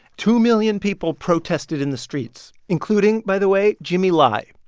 two million people protested in the streets, including, by the way, jimmy lai,